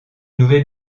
nouvelle